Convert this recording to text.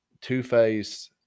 Two-Face –